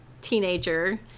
teenager